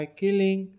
killing